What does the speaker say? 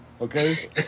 okay